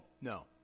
no